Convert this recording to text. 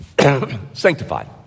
sanctified